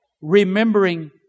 remembering